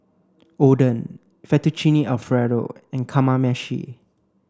Oden Fettuccine Alfredo and Kamameshi